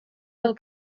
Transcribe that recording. del